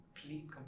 Complete